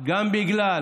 גם בגלל